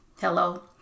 Hello